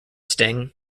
sting